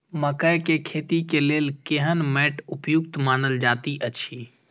मकैय के खेती के लेल केहन मैट उपयुक्त मानल जाति अछि?